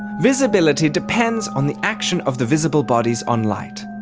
visibility depends on the action of the visible bodies on light.